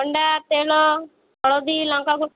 ଅଣ୍ଡା ତେଲ ହଳଦୀ ଲଙ୍କାଗୁଣ୍ଡ